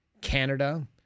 Canada